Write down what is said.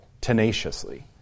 tenaciously